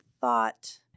thought